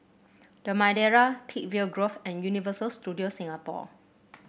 The Madeira Peakville Grove and Universal Studios Singapore